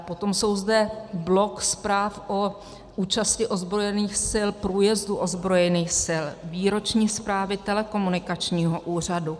Potom je zde blok zpráv o účasti ozbrojených sil, průjezdu ozbrojených sil, výroční zprávy telekomunikačního úřadu.